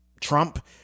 Trump